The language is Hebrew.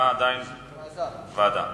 ועדה.